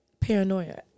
paranoia